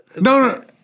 No